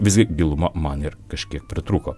visgi gilumo man ir kažkiek pritrūko